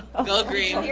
ah go green,